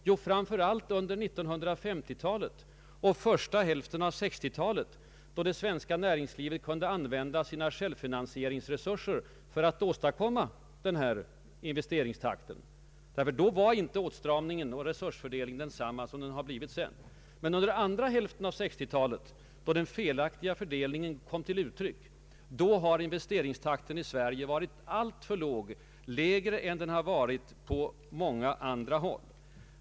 Jo, framför allt under 1950-talet och första hälften av 1960 talet, då det svenska näringslivet kunde använda sina självfinansieringsresurser för att åstadkomma hög investeringstakt. Då var inte åstramningen och resursfördelningen densamma som den sedan har blivit. Under andra hälften av 1960-talet, då den felaktiga fördelningen kom till konkret uttryck, har investeringstakten i Sverige varit alltför låg, lägre än på många andra håll.